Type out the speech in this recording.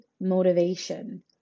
motivation